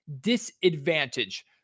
disadvantage